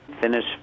finish